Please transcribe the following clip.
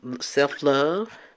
self-love